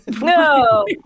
No